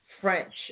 French